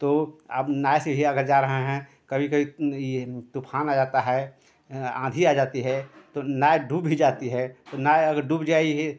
तो आप नाव से भी अगर जा रहे हैं कभी कभी यह तूफ़ान आ जाता है आँधी आ जाती है तो नाव डूब ही जाती है तो नाव अगर डूब जाएगी